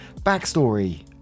Backstory